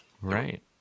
Right